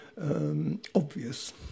Obvious